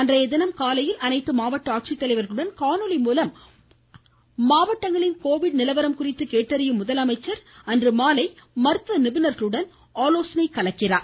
அன்றைய தினம் காலையில் அனைத்து மாவட்ட ஆட்சித்தலைவர்களுடன் காணொலி மூலம் மாவட்டங்களின் கோவிட் நிலவரம் குறித்து கேட்டறியும் முதலமைச்சர் மாலையில் மருத்துவ நிபுணர்களுடன் மேற்கொள்கிறார்